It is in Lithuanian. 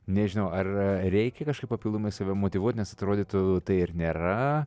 nežinau ar reikia kažkaip papildomai save motyvuot nes atrodytų tai ar nėra